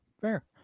fair